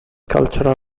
cultural